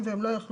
זה נימוס,